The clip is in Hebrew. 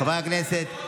חברי הכנסת,